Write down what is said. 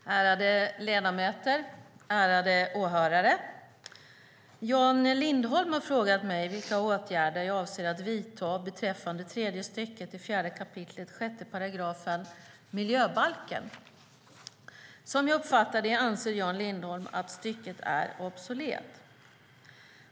Fru talman! Ärade ledamöter och åhörare! Jan Lindholm har frågat mig vilka åtgärder jag avser att vidta beträffande 4 kap. 6 § tredje stycket miljöbalken. Som jag uppfattar det anser Jan Lindholm att stycket är obsolet.